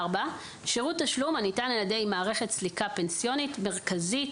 שירות תשלום הניתן על ידי מערכת סליקה פנסיונית מרכזית